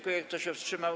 Kto się wstrzymał?